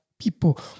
people